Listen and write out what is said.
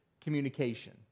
communication